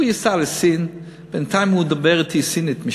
הוא ייסע לסין, בינתיים הוא ידבר אתי סינית משם?